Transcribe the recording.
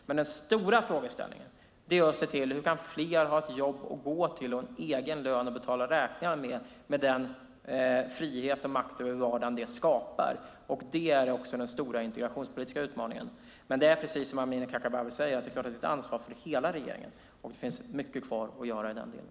Men den stora frågan är: Hur kan vi få fler att ha att jobb att gå till och egen lön att betala räkningar med, med den frihet och makt över vardagen som det skapar? Det är den stora integrationspolitiska utmaningen. Det är, precis som Amineh Kakabaveh säger, ett ansvar för hela regeringen, och det finns mycket kvar att göra i den delen.